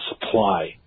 supply